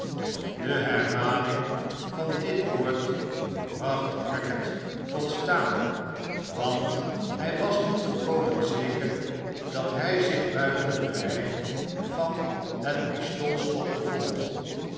de herhaling van dit woord bracht crackit tot staan want hij was niet volkomen zeker dat hij zich buiten het bereik van het pistoolschot bevond